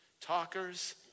talkers